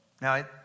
Now